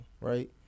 right